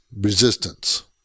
Resistance